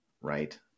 Right